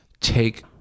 take